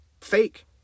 fake